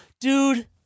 Dude